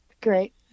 Great